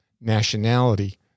nationality